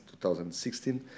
2016